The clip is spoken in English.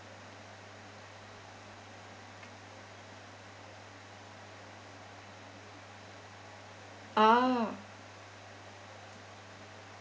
oh